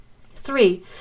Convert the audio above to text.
Three